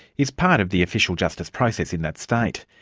is part of the official justice process in that state.